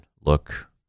look